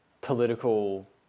political